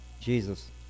Jesus